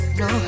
no